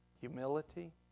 Humility